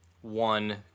one